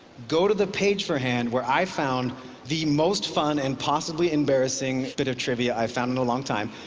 go to the page for hand, where i found the most fun and possibly embarrassing bit of trivia i've found in a long time.